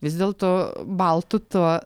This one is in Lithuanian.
vis dėlto baltu tuo